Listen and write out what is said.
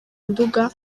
nduga